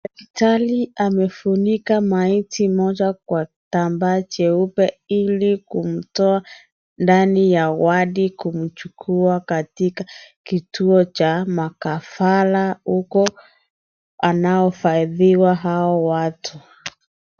Dakari amefunika maiti moja kwa kitambaa cheupe ili kumtoa ndani ya wadi kumchukua katika kituo cha makafala huko anaofadhiwa hao watu.